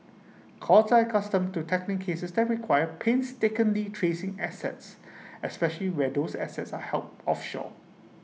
courts are accustomed to tackling cases that require painstakingly tracing assets especially where those assets are held offshore